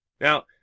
Now